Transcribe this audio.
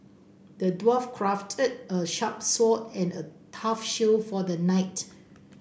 the dwarf crafted a sharp sword and a tough shield for the knight